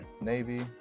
Navy